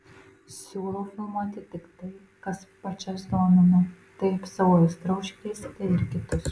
siūlau filmuoti tik tai kas pačias domina taip savo aistra užkrėsite ir kitus